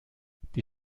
die